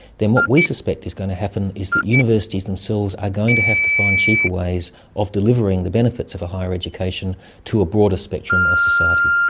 then what we suspect is going to happen is that universities themselves themselves are going to have to find cheaper ways of delivering the benefits of higher education to a broader spectrum of society.